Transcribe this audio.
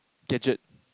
gadget